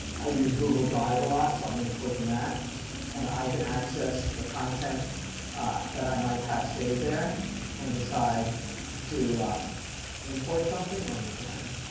i use google drive a lot. so i'm going to open that and i can access the content that i might have saved there and decide to import something. let me find